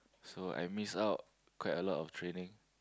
so I miss out quite a lot of training